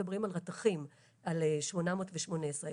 מדברים על רתכים - על 800 בשנת 2018,